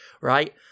right